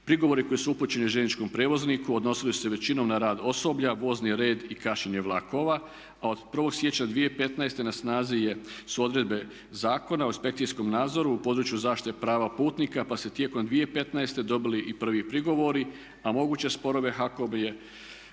Prigovori koji su upućeni željezničkom prijevozniku odnosili su se većinom na rad osoblja, vozni red i kašnjenje vlakova, a od 1. siječnja 2015. na snazi su odredbe Zakona o inspekcijskom nadzoru u području zaštite prava putnika pa su se tijekom 2015. dobili i prvi prigovori, a moguće sporove HAKOM je,